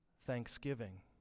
thanksgiving